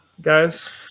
guys